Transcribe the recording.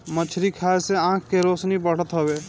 मछरी खाए से आँख के रौशनी बढ़त हवे